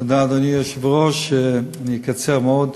תודה, אדוני היושב-ראש, אני אקצר מאוד.